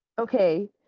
Okay